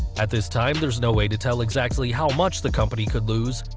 at this time, there's no way to tell exactly how much the company could lose,